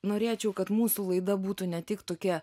norėčiau kad mūsų laida būtų ne tik tokia